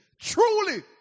truly